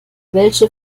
welche